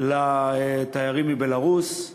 לתיירים מבלרוס.